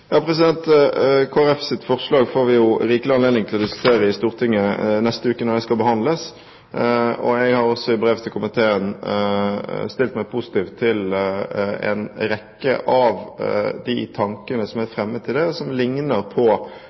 forslag får vi jo rikelig anledning til å diskutere i Stortinget i neste uke når det skal behandles. Jeg har også i brev til komiteen stilt meg positiv til en rekke av de tankene som er fremmet, og som ligner på